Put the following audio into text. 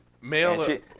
Male